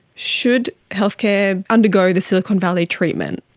should healthcare undergo the silicon valley treatment?